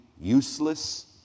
useless